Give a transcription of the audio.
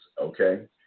okay